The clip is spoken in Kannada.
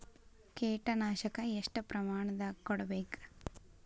ಕೇಟ ನಾಶಕ ಎಷ್ಟ ಪ್ರಮಾಣದಾಗ್ ಹೊಡಿಬೇಕ?